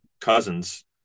Cousins